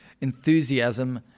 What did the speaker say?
enthusiasm